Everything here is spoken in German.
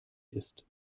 ist